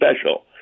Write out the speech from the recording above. special